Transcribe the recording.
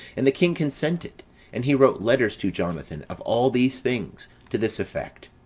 and the king consented and he wrote letters to jonathan of all these things, to this effect.